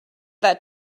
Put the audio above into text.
that